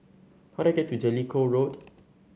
how do I get to Jellicoe Road